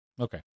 Okay